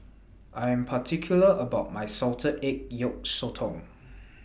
I Am particular about My Salted Egg Yolk Sotong